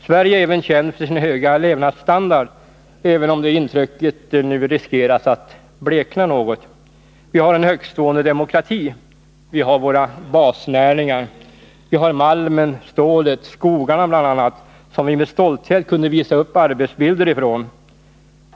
Sverige är även känt för sin höga levnadsstandard, även om det intrycket nu riskerar att blekna något. Vi har en högtstående demokrati. Vi har våra = jeolla stödet till basnäringar. Vi har bl.a. malmen, stålet och skogarna, som vi med stolthet företag kunde visa upp arbetsbilder från.